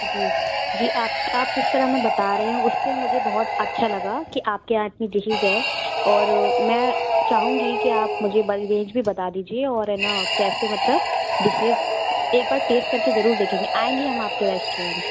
जी जी आप आप जिस तरह हमें बता रहे हैं उससे मुझे बहुत अच्छा लगा कि आपके यहाँ इतनी डिशिस है और मैं चाहूँगी कि आप मुझे एक बार रेंज भी बता दीजिए और है ना कैसे मतलब डिशेस एक बार टेस्ट कर के ज़रूर देखेंगे आएँगे हम आपके रेस्टोरेंट